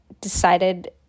decided